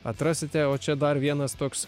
atrasite o čia dar vienas toks